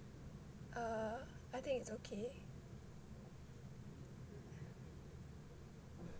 err I think it's okay